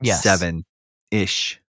seven-ish